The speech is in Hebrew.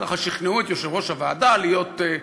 ככה שכנעו את יושבת-ראש הוועדה להיות,